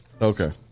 Okay